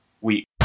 week